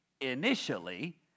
initially